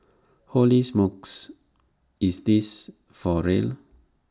holy smokes is this for real